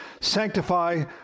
sanctify